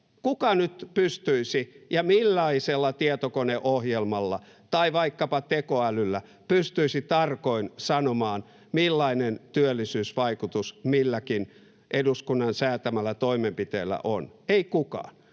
kuka nyt pystyisi ja millaisella tietokoneohjelmalla tai vaikkapa tekoälyllä tarkoin sanomaan, millainen työllisyysvaikutus milläkin eduskunnan säätämällä toimenpiteellä on? Ei kukaan,